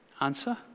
Answer